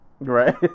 Right